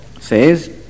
says